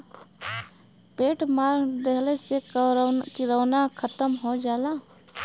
paint मार देहले से किरौना खतम हो जाला